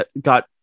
got